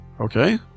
Okay